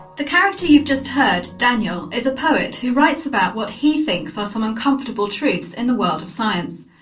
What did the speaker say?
the character you just heard, daniel, is a poet who writes about what he thinks are some uncomfortable truths in the world of science.